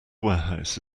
warehouse